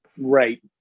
Right